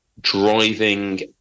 driving